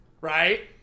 Right